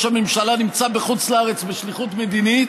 הממשלה נמצא בחוץ לארץ בשליחות מדינית,